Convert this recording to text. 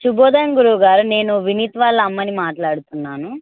శుభోదయం గురువుగారు నేను వినీత్ వాళ్ళ అమ్మని మాట్లాడుతున్నాను